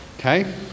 Okay